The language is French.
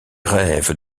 rêvent